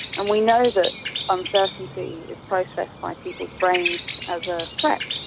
and we know that uncertainty is processed by people's brains as a threat,